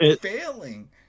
failing